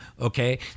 okay